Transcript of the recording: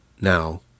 now